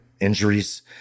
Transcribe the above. injuries